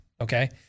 Okay